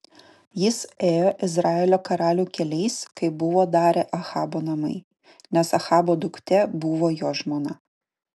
jis ėjo izraelio karalių keliais kaip buvo darę ahabo namai nes ahabo duktė buvo jo žmona